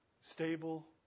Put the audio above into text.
Stable